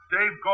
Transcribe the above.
Dave